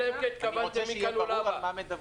אני רוצה שיהיה ברור על מה מדווחים.